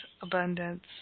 abundance